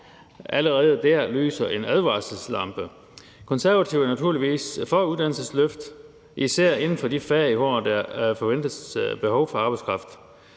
Allerede dér lyser en advarselslampe. Konservative er naturligvis for uddannelsesløft, især inden for de fag, hvor der forventes behov for arbejdskraft,